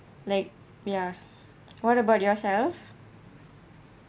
like yeah what about yourself